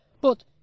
But